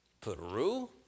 Peru